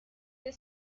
the